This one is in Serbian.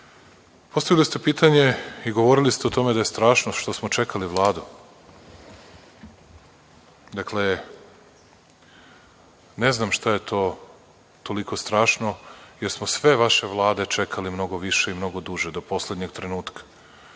ste pitanje i govorili ste o tome da je strašno što smo čekali Vladu. Dakle, ne znam šta je to toliko strašno, jer smo sve vaše vlade čekali mnogo više i mnogo duže, do poslednjeg trenutka.